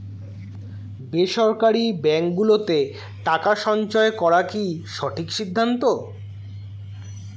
বেসরকারী ব্যাঙ্ক গুলোতে টাকা সঞ্চয় করা কি সঠিক সিদ্ধান্ত?